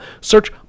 Search